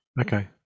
Okay